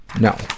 No